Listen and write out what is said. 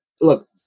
look